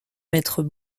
maîtres